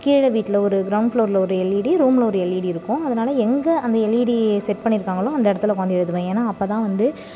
கீழே வீட்டில் ஒரு க்ரௌண்ட் ப்ளோரில் ஒரு எல்இடி ரூமில் ஒரு எல்இடி இருக்கும் அதனால் எங்கே அந்த எல்இடி செட் பண்ணியிருக்காங்களோ அந்த இடத்துல உட்காந்து எழுதுவேன் ஏன்னா அப்போ தான் வந்து